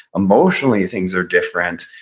emotionally things are different.